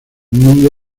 mundo